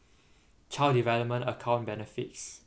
child development account benefits